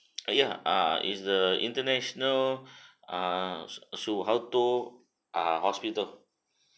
ya ah is the international ah suharto ah hospital